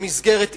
במסגרת עירונית.